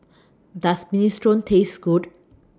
Does Minestrone Taste Good